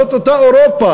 זאת אותה אירופה,